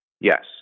Yes